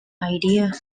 idea